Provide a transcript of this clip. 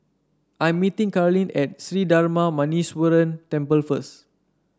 I'm meeting Karlene at Sri Darma Muneeswaran Temple first